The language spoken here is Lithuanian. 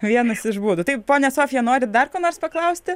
vienas iš būdų tai ponia sofija norit dar ko nors paklausti